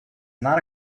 not